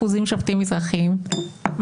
מזלזל חלילה באף חבר כנסת,